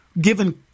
given